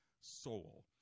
soul